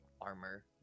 armor